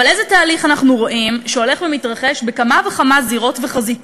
אבל איזה תהליך אנחנו רואים שהולך ומתרחש בכמה וכמה זירות וחזיתות?